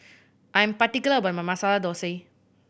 I am particular about my Masala Thosai